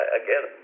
again